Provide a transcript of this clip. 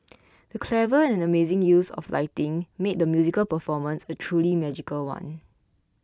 the clever and amazing use of lighting made the musical performance a truly magical one